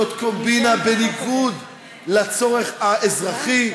זאת קומבינה בניגוד לצורך האזרחי,